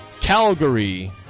Calgary